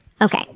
Okay